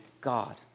God